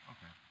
Okay